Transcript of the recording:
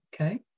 Okay